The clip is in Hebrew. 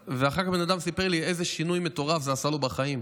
ואחר כך הבן אדם סיפר לי איזה שינוי מטורף זה עשה לו בחיים.